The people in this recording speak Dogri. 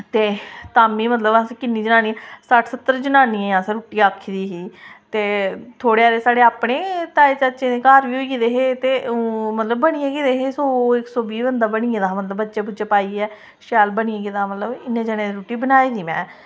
ते ताम्मीं मतलब अस किन्नी जनानियें सट्ठ सत्तर जनानियें असें रुट्टी आक्खी दी ही ते थोह्ड़े हारे साढ़े अपने ताएं चाचें दे घर बी होई गेदे हे ते ओह् मतलब बनी गै गेदे हे सौ इक सौ बीह् बंदा बनी गेदा हा मतलब बच्चे बुच्चे पाइयै शैल बनी गेदा मतलब इ'न्ने जनें दी रुट्टी बनाई दी में